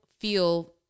feel